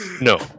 No